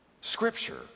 Scripture